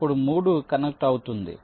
అప్పుడు 3 కనెక్ట్ అవుతుంది